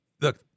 Look